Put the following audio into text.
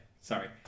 Sorry